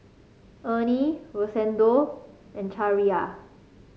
Ernie Rosendo and